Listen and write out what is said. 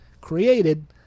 created